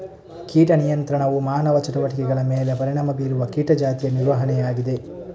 ಕೀಟ ನಿಯಂತ್ರಣವು ಮಾನವ ಚಟುವಟಿಕೆಗಳ ಮೇಲೆ ಪರಿಣಾಮ ಬೀರುವ ಕೀಟ ಜಾತಿಯ ನಿರ್ವಹಣೆಯಾಗಿದೆ